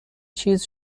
چیز